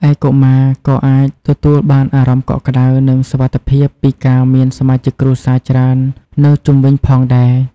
ឯ កុមារក៏អាចទទួលបានអារម្មណ៍កក់ក្តៅ និងសុវត្ថិភាពពីការមានសមាជិកគ្រួសារច្រើននៅជុំវិញផងដែរ។